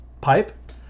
pipe